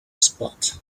spot